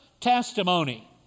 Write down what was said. testimony